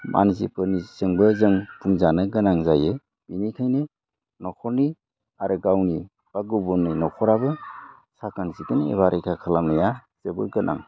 मानसिफोरनिजोंबो जों बुंजानो गोनां जायो बेनिखायनो न'खरनि आरो गावनि बा गुबुननि न'खराबो साखोन सिखोन एबा रैखा खालामनाया जोबोद गोनां